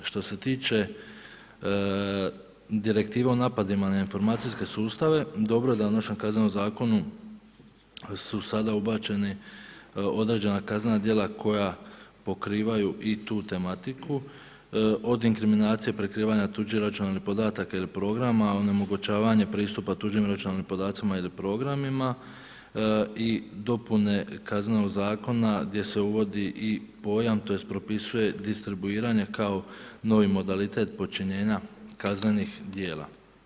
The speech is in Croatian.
Što se tiče direktiva o napadima na informacijske sustave, dobro da u našem KZ su sada ubačena određena kaznena djela koja pokrivaju i tu tematiku od inkriminacije, prikrivanja tuđih računalnih podataka ili programa, onemogućavanje pristupa tuđim računalnim podacima ili programima i dopune KZ gdje se uvodi i pojam, tj. propisuje distribuiranje kao novi modalitet počinjenja kaznenih djela.